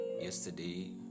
yesterday